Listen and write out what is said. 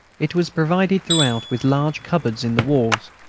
it was provided throughout with large cupboards in the walls,